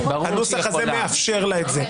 הנוסח הזה מאפשר לה את זה.